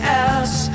else